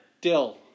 dill